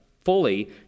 fully